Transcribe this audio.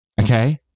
Okay